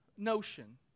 notion